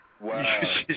Wow